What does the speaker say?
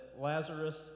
Lazarus